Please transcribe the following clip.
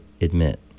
admit